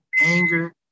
anger